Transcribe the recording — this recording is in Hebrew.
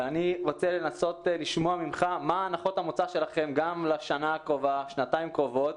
אני רוצה לשמוע מה הנחות המוצא שלך לשנה הקרובה ולשנתיים הקרובות?